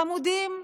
חמודים,